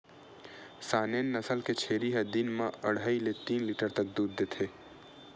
Saanen नसल के छेरी ह दिन म अड़हई ले तीन लीटर तक दूद देथे